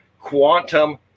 quantum